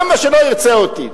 למה שלא ירצה אותי?